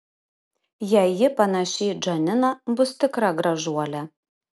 jei ji panaši į džaniną bus tikra gražuolė